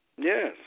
Yes